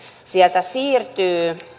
sieltä siirtyy